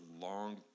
long